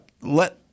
let